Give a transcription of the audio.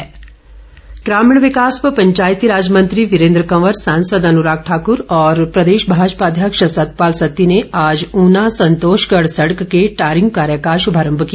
सड़क ग्रामीण विकास व पंचायती राज मंत्री वीरेंद्र कंवर सांसद अनुराग ठाकुर और भाजपा प्रदेशाध्यक्ष सतपाल सत्ती ने आज ऊना संतोषगढ सडक की टारिंग कार्य का श्भारंभ किया